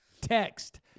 text